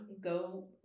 Go